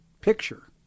picture